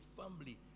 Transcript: family